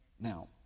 Now